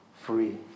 free